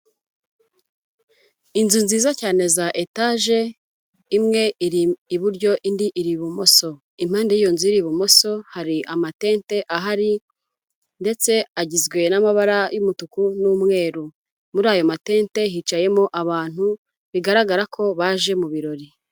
Inzu nziza cyane za etaje, imwe iri iburyo indi iri ibumoso, impande y'iyo nzu iri ibumoso hari amatente ahari ndetse agizwe n'amabara y'umutuku n'umweru, muri ayo matente hicayemo abantu bigaragara ko baje mu birori.